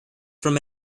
from